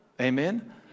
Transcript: Amen